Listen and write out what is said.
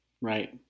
right